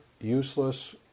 useless